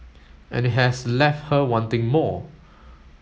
and it has left her wanting more